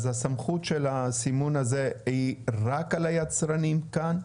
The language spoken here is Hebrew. אז הסמכות של הסימון הזה היא רק על היצרנים כאן?